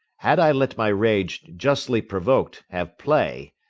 had i let my rage, justly provoked, have play,